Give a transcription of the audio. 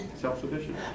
self-sufficient